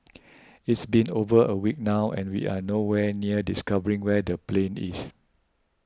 it's been over a week now and we are no where near discovering where the plane is